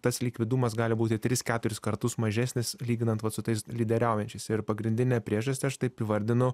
tas likvidumas gali būti tris keturis kartus mažesnis lyginant vat su tais lyderiaujančiais ir pagrindinę priežastį aš taip įvardinu